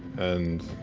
and